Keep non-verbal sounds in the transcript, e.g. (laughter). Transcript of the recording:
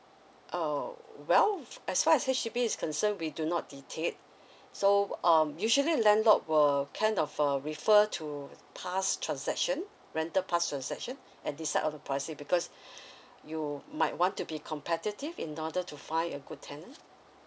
uh well as far as H_D_B is concerned we do not dictate so um usually landlord will kind of um refer to past transaction rental past transaction and decide on the pricing because (breath) you might want to be competitive in order to find a good tenant